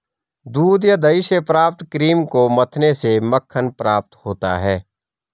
दूध या दही से प्राप्त क्रीम को मथने से मक्खन प्राप्त होता है?